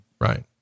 Right